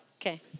Okay